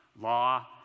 Law